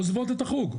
עוזבות את החוג.